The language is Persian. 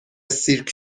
سیرک